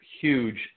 huge